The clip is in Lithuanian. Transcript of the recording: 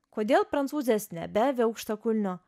kodėl prancūzės nebeavi aukštakulnio